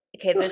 Okay